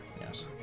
yes